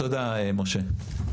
תודה, משה.